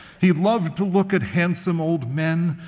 he loved to look at handsome old men,